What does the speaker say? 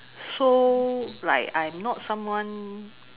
so like I'm not someone